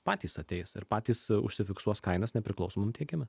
patys ateis ir patys užsifiksuos kainas nepriklausomam tiekime